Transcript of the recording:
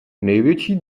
největší